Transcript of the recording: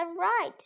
right